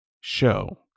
show